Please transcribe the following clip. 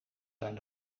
zijn